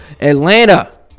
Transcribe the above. Atlanta